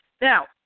Now